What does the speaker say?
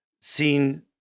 seen